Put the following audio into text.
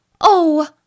Oh